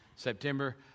September